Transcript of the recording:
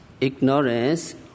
ignorance